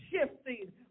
shifting